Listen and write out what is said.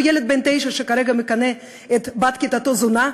אותו ילד בן תשע שמכנה את בת כיתתו "זונה",